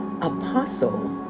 Apostle